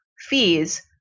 fees